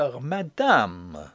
Madame